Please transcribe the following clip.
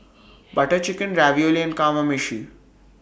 Butter Chicken Ravioli and Kamameshi